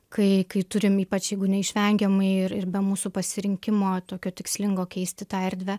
kai kai turim ypač jeigu neišvengiamai ir ir be mūsų pasirinkimo tokio tikslingo keisti tą erdvę